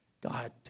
God